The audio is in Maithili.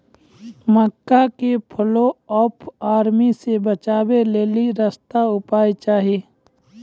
मक्का के फॉल ऑफ आर्मी से बचाबै लेली सस्ता उपाय चाहिए?